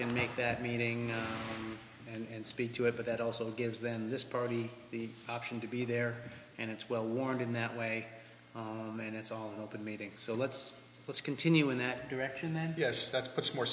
can make that meeting and speak to it but it also gives then this party the option to be there and it's well warmed in that way and it's all open meetings so let's let's continue in that direction then yes that's puts more